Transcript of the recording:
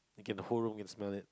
you can the whole room can smell it